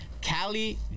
Cali